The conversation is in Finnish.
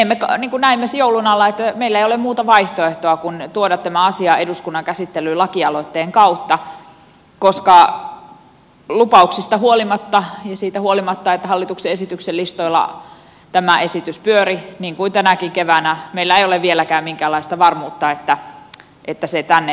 niin kuin näimme joulun alla meillä ei ole muuta vaihtoehtoa kuin tuoda tämä asia eduskunnan käsittelyyn lakialoitteen kautta koska lupauksista huolimatta ja siitä huolimatta että hallituksen esitysten listoilla tämä esitys pyöri niin kuin tänäkin keväänä meillä ei ole vieläkään minkäänlaista varmuutta että se tänne milloinkaan päätyisi